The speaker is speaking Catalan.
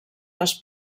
les